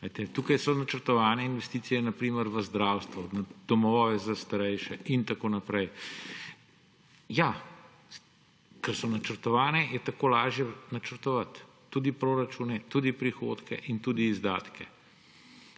Tukaj so načrtovane investicije na primer v zdravstvu, v domove za starejše in tako naprej. Ja, ker so načrtovane, je tako lažje načrtovati tudi proračune, tudi prihodke in tudi izdatke.